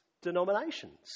denominations